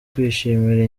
kwishimira